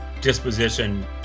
disposition